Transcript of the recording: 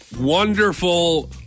wonderful